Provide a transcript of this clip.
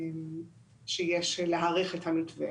סבר שיש להאריך את המתווה.